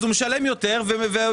אז הוא משלם יותר ומוכר.